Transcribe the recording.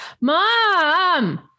Mom